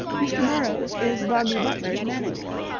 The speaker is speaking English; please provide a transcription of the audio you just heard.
mr. burrowes is bugs butler's manager.